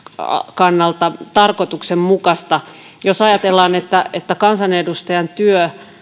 kannalta tarkoituksenmukaista jos ajatellaan että että kansanedustajan työ